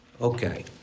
Okay